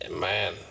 Man